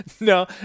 No